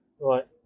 Right